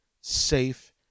safe